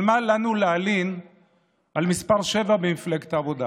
אבל מה לנו להלין על מס' 7 במפלגת העבודה